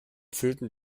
fühlten